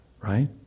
right